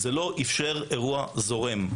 זה לא איפשר אירוע זורם.